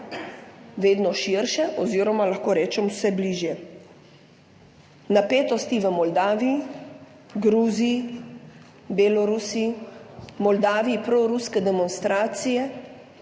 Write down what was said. vedno širše oziroma, lahko rečem, vse bližje. Napetosti v Moldaviji, Gruziji, Belorusiji, Moldaviji, proruske demonstracije,